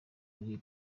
kuri